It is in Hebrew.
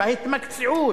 בהתמקצעות,